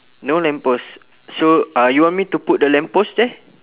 no lamp post so uh you want me to put the lamp post there